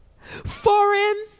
foreign